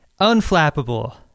unflappable